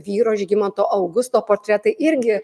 vyro žygimanto augusto portretai irgi